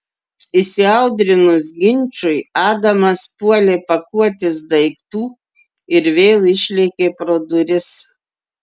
įsiaudrinus ginčui adamas puolė pakuotis daiktų ir vėl išlėkė pro duris